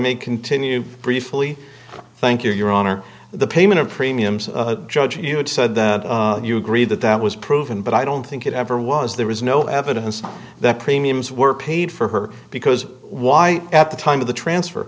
may continue briefly thank you your honor the payment of premiums judge you had said that you agree that that was proven but i don't think it ever was there was no evidence that premiums were paid for her because why at the time of the transfer